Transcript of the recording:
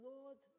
Lord